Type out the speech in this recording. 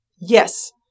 Yes